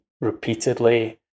repeatedly